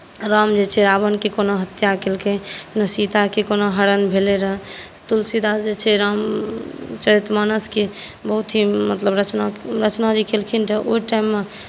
राम जे छै रावणकेँ कोना हत्या केलकै सीताकेँ कोना हरण भेलै रहय तुलसीदास जे छै रामचरित मानसकेँ बहुत ही मतलब रचना जे केलखिन रहय ओहि टाइममे